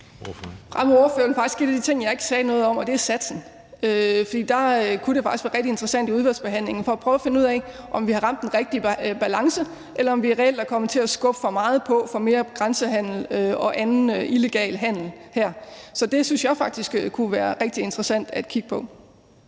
rammer spørgeren faktisk en af de ting, jeg ikke sagde noget om, og det er satsen. Der kunne det faktisk være rigtig interessant i udvalgsbehandlingen at prøve at finde ud af, om vi har ramt den rigtige balance, eller om vi reelt er kommet til at skubbe for meget på og får mere grænsehandel og mere illegal handel her. Så det synes jeg faktisk kunne være rigtig interessant at kigge på.